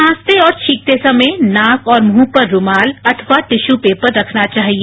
खांसते और छींकते समय नाक और मुंह पर रूमाल अथवा टिस्यू पेपर रखना चाहिए